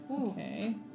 Okay